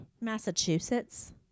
Massachusetts